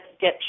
get